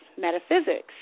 metaphysics